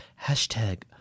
hashtag